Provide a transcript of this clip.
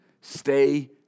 stay